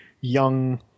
young